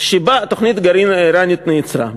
שבה תוכנית הגרעין האיראנית נעצרה.